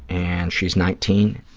and she's nineteen,